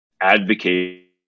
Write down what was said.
advocate